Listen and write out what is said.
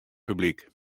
publyk